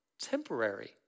Temporary